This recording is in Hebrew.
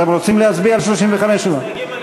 אתם רוצים להצביע על 35 או לא?